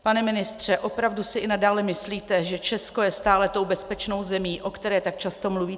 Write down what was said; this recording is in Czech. Pane ministře, opravdu si i nadále myslíte, že Česko je stále tou bezpečnou zemí, o které tak často mluvíte?